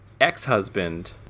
ex-husband